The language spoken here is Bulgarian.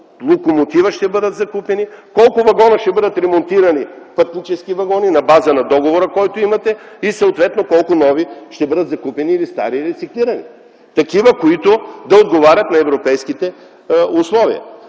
локомотива ще бъдат закупени, колко вагона ще бъдат ремонтирани – пътнически вагони на база на договора, който имате, и съответно колко нови ще бъдат закупени или стари рециклирани. Такива, които да отговарят на европейските условия.